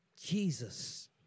Jesus